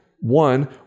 One